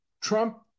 Trump